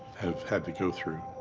have had to go through.